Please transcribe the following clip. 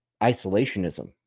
isolationism